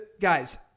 Guys